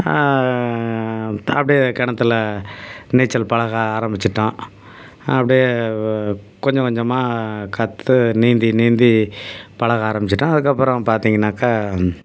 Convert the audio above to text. அப்படியே கிணத்துல நீச்சல் பழக ஆரம்பிச்சுட்டோம் அப்படியே கொஞ்சம் கொஞ்சமாக கற்று நீந்தி நீந்தி பழக ஆரம்பிச்சுட்டோம் அதுக்கப்புறம் பார்த்திங்கன்னாக்கா